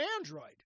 android